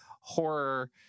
Horror